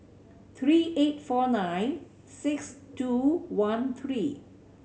three eight four nine six two one three